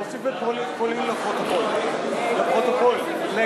43 בעד, 16